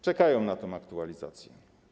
Czekają na tę aktualizację.